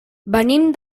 venim